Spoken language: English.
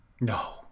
No